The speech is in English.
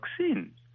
vaccine